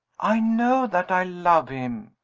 i know that i love him,